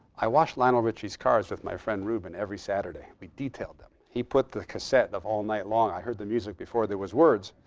i washed lionel richie's cars with my friend rubin every saturday. we detailed them. he put the cassette of all night long. i heard the music before there was words.